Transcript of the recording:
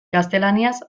gaztelaniaz